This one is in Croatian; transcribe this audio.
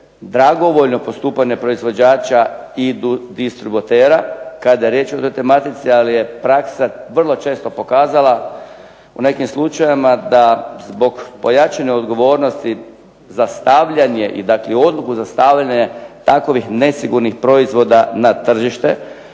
dragovoljno postupanje proizvođača i distributera kada je riječ o ovoj tematici, ali je praksa vrlo često pokazala u nekim slučajevima da zbog pojačanje odgovornosti za stavljanje i dati odluku za stavljanje takvih nesigurnih proizvoda na tržište